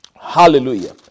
Hallelujah